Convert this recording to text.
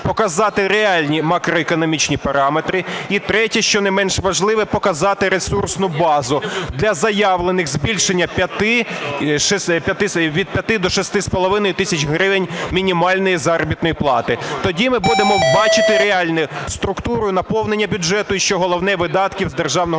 показати реальні макроекономічні параметри і третє, що не менш важливе – показати ресурсну базу для заявлених збільшення від 5 до 6,5 тисяч гривень мінімальної заробітної плати. Тоді ми будемо бачити реальну структуру і наповнення бюджету і що головне – видатків з Державного бюджету.